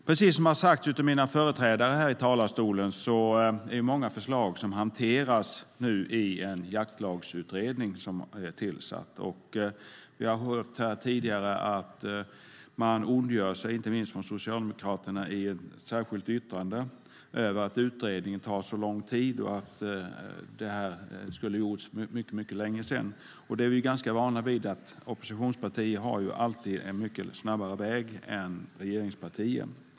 Precis som har sagts av mina företrädare här i talarstolen är det många förslag som nu hanteras i en jaktlagsutredning som är tillsatt. Vi har hört här tidigare att man ondgör sig, inte minst Socialdemokraterna i ett särskilt yttrande, över att utredningen tar så lång tid och att den skulle ha gjorts för mycket länge sedan. Vi är ganska vana vid att oppositionspartier har en mycket snabbare väg än regeringspartier.